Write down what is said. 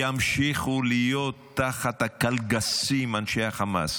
ימשיכו להיות תחת הקלגסים אנשי חמאס.